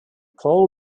cole